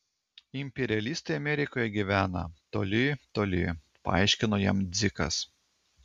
imperialistai amerikoje gyvena toli toli paaiškino jam dzikas